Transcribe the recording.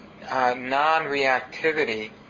non-reactivity